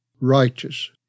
righteous